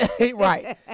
Right